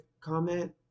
comment